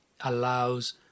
allows